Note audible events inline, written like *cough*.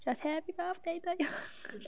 just happy birthday to you *laughs*